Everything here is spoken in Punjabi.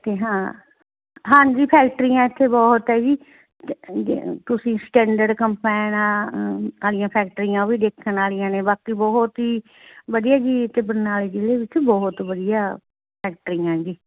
ਅਤੇ ਹਾਂ ਹਾਂਜੀ ਫੈਕਟਰੀਆਂ ਇੱਥੇ ਬਹੁਤ ਹੈ ਜੀ ਤੁਸੀਂ ਸਟੈਂਡਰਡ ਕੰਬੈਨ ਵਾਲੀਆਂ ਫੈਕਟਰੀਆਂ ਉਹ ਵੀ ਦੇਖਣ ਵਾਲੀਆਂ ਨੇ ਬਾਕੀ ਬਹੁਤ ਹੀ ਵਧੀਆ ਜੀ ਇੱਥੇ ਬਰਨਾਲੇ ਜ਼ਿਲ੍ਹੇ ਵਿੱਚ ਬਹੁਤ ਵਧੀਆ ਫੈਕਟਰੀਆਂ ਜੀ